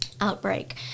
outbreak